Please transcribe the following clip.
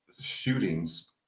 shootings